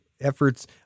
efforts